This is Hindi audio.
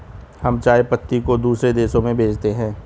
हम चाय पत्ती को दूसरे देशों में भेजते हैं